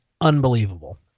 unbelievable